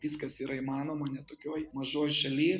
viskas yra įmanoma net tokioj mažoj šalyj